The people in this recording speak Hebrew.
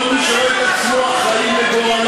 אני רואה את עצמי אחראית.